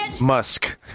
Musk